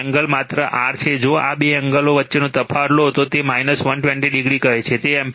angle માત્ર r છે જો આ બે એંગલઓ વચ્ચેનો તફાવત લો તો 120o કહે છે તે એમ્પીયર છે